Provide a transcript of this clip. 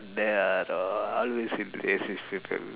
there will always be racist people